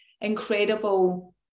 incredible